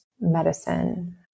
medicine